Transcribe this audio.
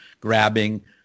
grabbing